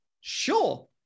sure